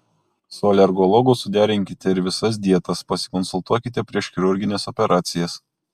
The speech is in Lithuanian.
su alergologu suderinkite ir visas dietas pasikonsultuokite prieš chirurgines operacijas